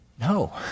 No